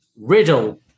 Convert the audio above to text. Riddle